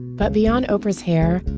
but beyond oprah's hair,